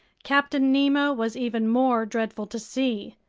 captain nemo was even more dreadful to see.